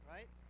Right